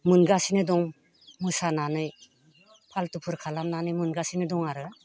मोनगासिनो दं मोसानानै फाल्टुफोर खालामनानै मोनगासिनो दं आरो